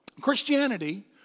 Christianity